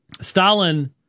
Stalin